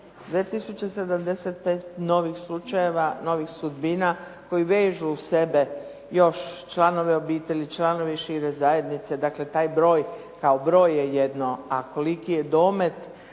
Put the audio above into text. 75 novih slučajeva, novih sudbina koje vežu uz sebe još članove obitelji, članove iz šire zajednice, dakle taj broj kao broj je jedno a koliki je domet